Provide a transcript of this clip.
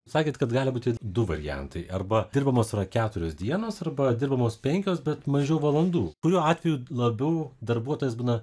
sakėt kad gali būti du variantai arba dirbamos yra keturios dienos arba dirbamos penkios bet mažiau valandų kurio atveju labiau darbuotojas būna